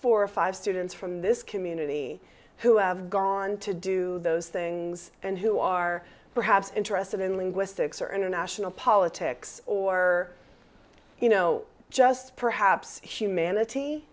four or five students from this community who have gone to do those things and who are perhaps interested in linguistics or international politics or you know just perhaps humanity